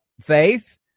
faith